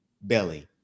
belly